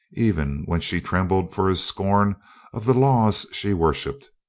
even when she trembled for his scorn of the laws she worshipped,